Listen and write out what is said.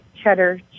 cheddar